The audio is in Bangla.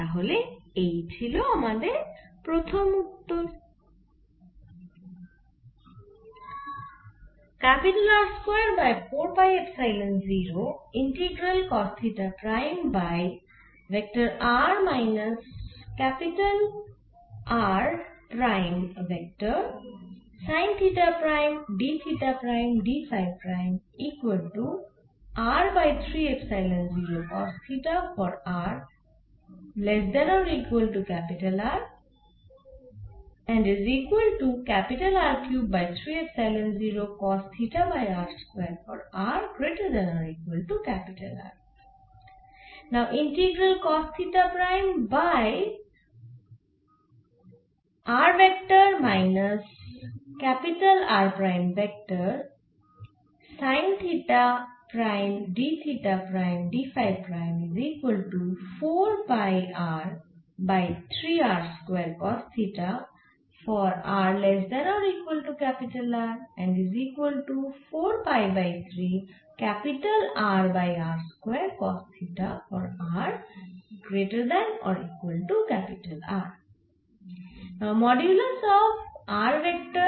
তাহলে এই ছিল আমাদের প্রথম উত্তর